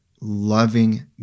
loving